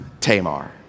Tamar